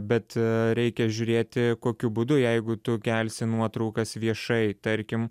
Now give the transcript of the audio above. bet reikia žiūrėti kokiu būdu jeigu tu kelsi nuotraukas viešai tarkim